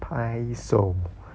拍手